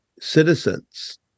citizens